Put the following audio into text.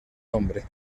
nombre